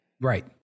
Right